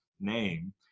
name